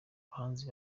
abahanzi